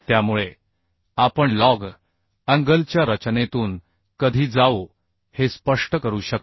त्यामुळे आपण लज अँगलच्या रचनेतून कधी जाऊ हे स्पष्ट करू शकतो